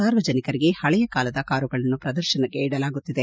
ಸಾರ್ವಜನಿಕರಿಗೆ ಪಳೆಯ ಕಾಲದ ಕಾರುಗಳನ್ನು ಪ್ರದರ್ಶನಕ್ಕಿಡಲಾಗುತ್ತಿದೆ